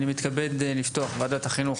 אני מתכבד לפתוח את ועדת החינוך,